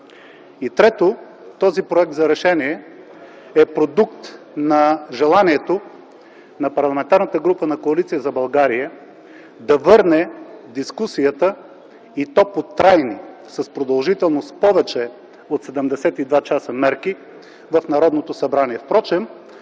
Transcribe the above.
трето, този Проект за решение е продукт на желанието на Парламентарната група на Коалиция за България да върне дискусията и то по трайни, с продължителност повече от 72 часа, мерки в Народното събрание.